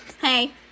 hey